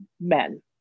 men